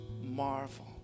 marvel